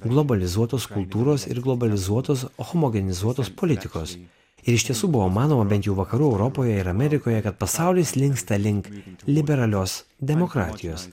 globalizuotos kultūros ir globalizuotos homogenizuotos politikos ir iš tiesų buvo manoma bent jau vakarų europoje ir amerikoje kad pasaulis linksta link liberalios demokratijos